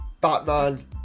Batman